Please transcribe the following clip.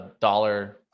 dollar